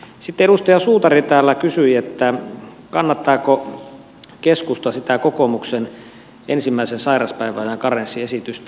sitten edustaja suutari täällä kysyi kannattaako keskusta sitä kokoomuksen ensimmäisen sairauspäivän karenssiesitystä